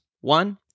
one